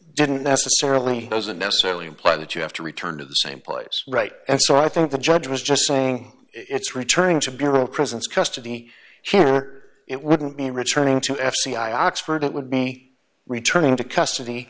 didn't necessarily doesn't necessarily imply that you have to return to the same place right and so i think the judge was just saying it's returning to bureau of prisons custody here it wouldn't be returning to f c i oxford it would be returning to custody